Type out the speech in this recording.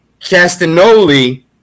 castanoli